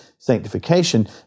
sanctification